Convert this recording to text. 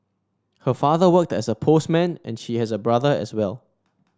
her father worked as a postman and she has a brother as well